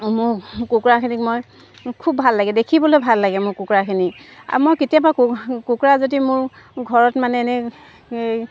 মোৰ কুকুৰাখিনিক মই খুব ভাল লাগে দেখিবলৈ ভাল লাগে মোৰ কুকুৰাখিনিক আৰু মই কেতিয়াবা কু কুকুৰা যদি মোৰ ঘৰত মানে এনে এই